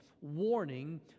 warning